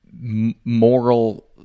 moral